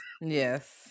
yes